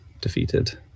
defeated